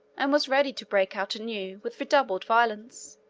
and was ready to break out anew, with redoubled violence,